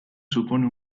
supone